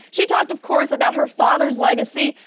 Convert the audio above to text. she talked, of course, about her father's legacy.